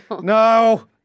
No